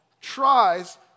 tries